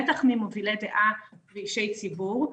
בטח ממובילי דעה ואנשי ציבור,